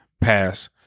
pass